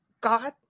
God